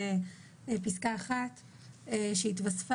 זה שאת תגידי את הדבר הזה נריה, זה פשוט לא יאומן.